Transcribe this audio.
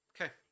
Okay